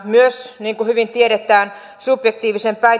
myös niin kuin hyvin tiedetään subjektiivisen